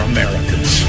Americans